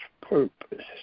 purpose